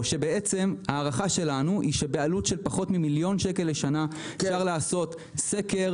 שבעצם ההערכה שלנו היא שבעלות של פחות ממיליון שקל לשנה אפשר לעשות סקר,